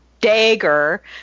dagger